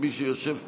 מי שיושב פה,